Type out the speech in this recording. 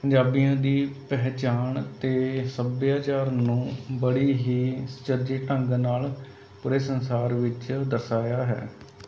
ਪੰਜਾਬੀਆਂ ਦੀ ਪਹਿਚਾਣ ਅਤੇ ਸੱਭਿਆਚਾਰ ਨੂੰ ਬੜੀ ਹੀ ਸੁਚੱਜੇ ਢੰਗ ਨਾਲ਼ ਪੂਰੇ ਸੰਸਾਰ ਵਿੱਚ ਦਰਸਾਇਆ ਹੈ